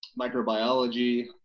microbiology